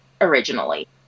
originally